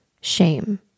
shame